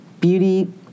beauty